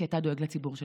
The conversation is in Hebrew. כי אתה דואג לציבור שלך,